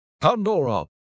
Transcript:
Pandora